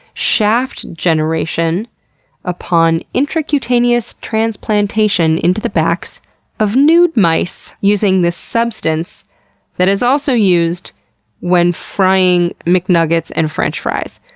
shaft generation upon intracutaneous transplantation into the backs of nude mice using this substance that is also used when frying mcnuggets and french fries.